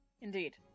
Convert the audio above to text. Indeed